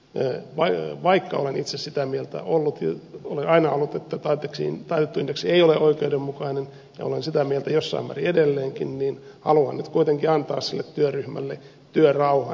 tämän kokonaisuuden arvioimiseksi vaikka olen itse sitä mieltä ollut ja olen aina ollut että taitettu indeksi ei ole oikeudenmukainen ja olen sitä mieltä jossain määrin edelleenkin haluan nyt kuitenkin antaa sille työryhmälle työrauhan